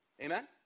Amen